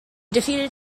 defeated